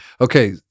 Okay